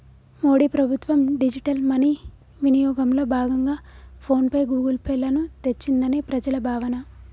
మోడీ ప్రభుత్వం digital money వినియోగంలో భాగంగా ఫోన్ పే, గూగుల్ పే లను తెచ్చిందని ప్రజల భావన